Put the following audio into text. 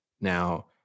Now